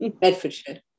Bedfordshire